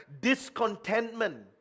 discontentment